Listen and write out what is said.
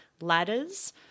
ladders